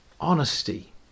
honesty